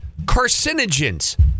Carcinogens